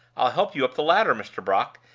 i'll help you up the ladder, mr. brock,